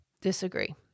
Disagree